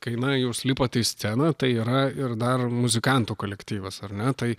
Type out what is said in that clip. kai na jūs lipat į sceną tai yra ir dar muzikantų kolektyvas ar ne tai